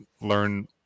learn